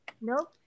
no